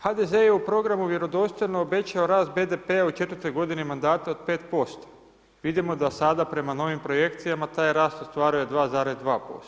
HDZ je u programu Vjerodostojno obećao rast BDP-a u 4 godini mandata od 5%, vidimo da sada prema novim projekcijama taj rast ostvaruje 2,2%